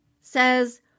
says